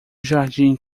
jardim